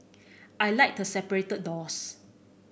I like the separated doors